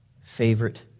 favorite